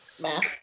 Math